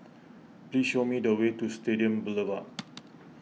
please show me the way to Stadium Boulevard